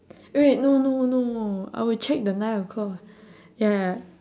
eh wait no no no I would check the nine o'clock ya